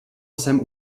sem